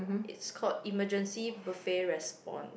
it's called emergency buffet response